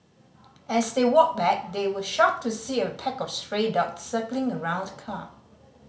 as they walked back they were shocked to see a pack of stray dogs circling around the car